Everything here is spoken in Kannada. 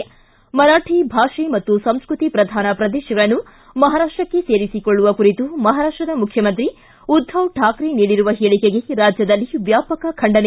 ಿ ಮರಾಠಿ ಭಾಷೆ ಮತ್ತು ಸಂಸ್ಕೃತಿ ಪ್ರಧಾನ ಪ್ರದೇಶಗಳನ್ನು ಮಹಾರಾಷ್ಪಕ್ಕೆ ಸೇರಿಸಿಕೊಳ್ಳುವ ಕುರಿತು ಮಹಾರಾಷ್ಪದ ಮುಖ್ಯಮಂತ್ರಿ ಉದ್ಧವ್ ಠಾಕ್ರೆ ನೀಡಿರುವ ಹೇಳಿಕೆಗೆ ರಾಜ್ಯದಲ್ಲಿ ವ್ಯಾಪಕ ಖಂಡನೆ